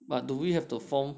but do we have to form